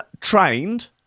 trained